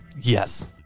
Yes